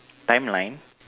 timeline